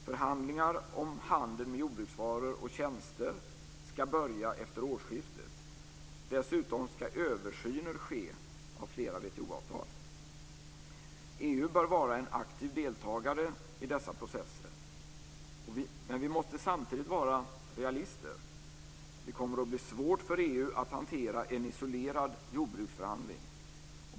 Förhandlingar om handel med jordbruksvaror och tjänster ska börja efter årsskiftet. Dessutom ska översyner ske av flera WTO-avtal. EU bör vara en aktiv deltagare i dessa processer. Men vi måste samtidigt vara realister. Det kommer att bli svårt för EU att hantera en isolerad jordbruksförhandling.